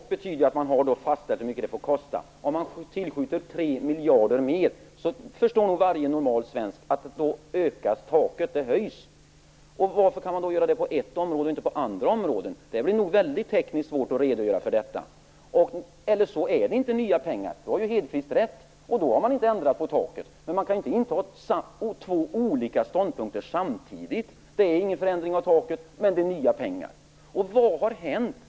Fru talman! Men, statsrådet, ett tak betyder att man har fastställt hur mycket det får kosta. Om man tillskjuter ytterligare 3 miljarder förstår nog varje normal svensk att taket höjs. Varför kan man göra det på ett område och inte på andra områden? Det blir nog tekniskt väldigt svårt att redogöra för detta. Eller också är det inte nya pengar. Då har Lennart Hedquist rätt, och då har man inte ändrat på taket. Men man kan inte inta två olika ståndpunkter samtidigt. - Det är ingen förändring av taket, men det är nya pengar. Vad har hänt?